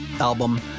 album